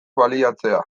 baliatzea